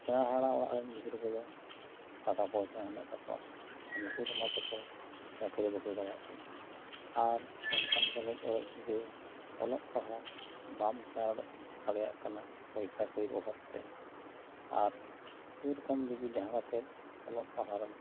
ᱥᱮᱬᱟ ᱦᱟᱬᱟ ᱚᱲᱟᱜ ᱨᱮᱱ ᱜᱤᱫᱽᱨᱟᱹ ᱠᱚ ᱫᱚ ᱴᱟᱠᱟ ᱯᱚᱭᱥᱟ ᱦᱮᱱᱟᱜ ᱛᱟᱠᱚᱣᱟ ᱩᱱᱠᱩ ᱫᱚ ᱚᱱᱟ ᱛᱮ ᱠᱚ ᱪᱟᱹᱠᱨᱤ ᱵᱟᱹᱠᱨᱤ ᱫᱟᱲᱮᱭᱟᱜ ᱠᱟᱱᱟ ᱟᱨ ᱱᱚᱝᱠᱟᱱ ᱨᱮᱸᱜᱮᱡ ᱚᱨᱮᱡ ᱜᱤᱫᱽᱨᱟᱹ ᱚᱞᱚᱜ ᱯᱟᱲᱦᱟᱜ ᱵᱟᱢ ᱥᱮᱬᱟ ᱫᱟᱲᱮᱭᱟᱜ ᱠᱟᱱᱟ ᱯᱚᱭᱥᱟ ᱠᱚᱲᱤ ᱚᱵᱷᱟᱵᱽ ᱛᱮ ᱟᱨ ᱥᱮ ᱨᱚᱠᱚᱢ ᱡᱚᱫᱤ ᱡᱟᱦᱟᱸ ᱠᱟᱛᱮᱫ ᱚᱞᱚᱜ ᱯᱟᱲᱦᱟᱣᱮᱢ